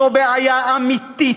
זאת בעיה אמיתית,